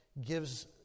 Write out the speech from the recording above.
gives